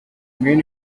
main